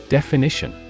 Definition